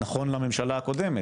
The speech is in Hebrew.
נכון לממשלה הקודמת.